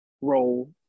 role